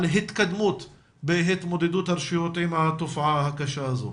התקדמות בהתמודדות הרשויות עם התופעה הקשה הזו.